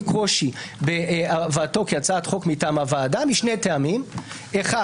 קושי בהבאתו כהצעת חוק מטעם הוועדה משני טעמים: אחד,